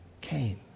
Cain